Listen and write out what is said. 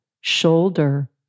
shoulder